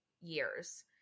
years